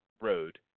road